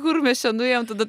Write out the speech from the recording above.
kur mes čia nuėjom tada